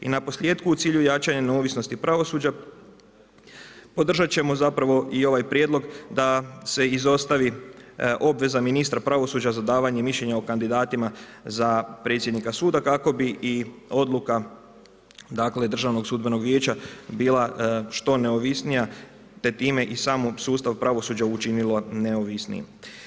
I na posljetku u cilju jačanja neovisnosti pravosuđa podržat ćemo zapravo i ovaj prijedlog da se izostavi obveza ministra pravosuđa za davanje mišljenja o kandidatima za predsjednika suda kako bi i odluka dakle, Državnog sudbenog vijeća bila što neovisnija te time i sam sustav pravosuđa učinila neovisnijim.